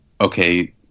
okay